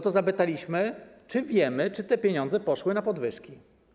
To zapytaliśmy, czy wiadomo, czy te pieniądze poszły na podwyżki.